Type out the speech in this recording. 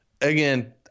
again